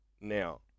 now